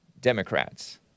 Democrats